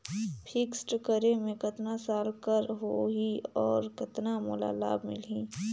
Fixed करे मे कतना साल कर हो ही और कतना मोला लाभ मिल ही?